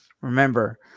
Remember